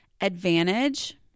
advantage